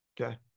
Okay